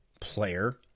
player